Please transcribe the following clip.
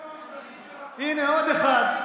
ירושלים המזרחית, הינה עוד אחד.